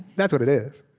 that's what it is.